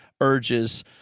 urges